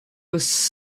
was